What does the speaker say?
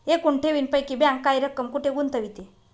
एकूण ठेवींपैकी बँक काही रक्कम कुठे गुंतविते?